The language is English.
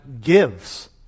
gives